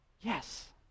Yes